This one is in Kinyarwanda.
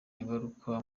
ingaruka